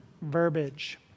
verbiage